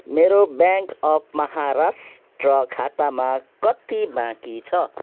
मेरो bank of Maharashtra खातामा कति बाँकी छ